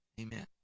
Amen